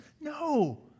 No